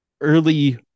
early